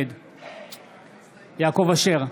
נגד יעקב אשר,